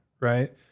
right